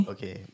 Okay